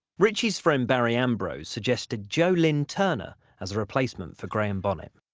ritchie's friend barry ambrosio suggested joe lynn turner as a replacement for graham bonnet.